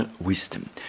wisdom